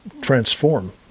transform